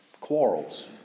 quarrels